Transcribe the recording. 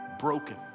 broken